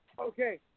okay